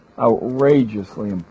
outrageously